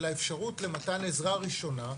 ולאפשרות למתן עזרה ראשונה,